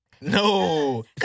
no